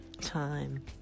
time